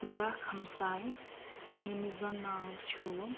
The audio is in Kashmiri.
بیٛاکھ ہَمساے ییٚمِس زَن ناو چھُ